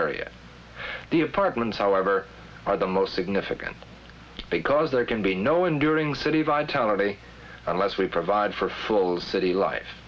area the apartments however are the most significant because there can be no enduring city vitality unless we provide for full city life